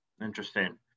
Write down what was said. Interesting